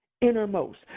Innermost